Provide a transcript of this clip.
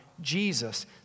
Jesus